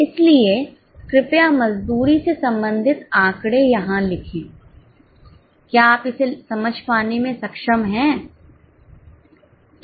इसलिए कृपया मजदूरी से संबंधित आंकड़े यहां लिखें क्या आप इसे समझ पाने में सक्षम हैं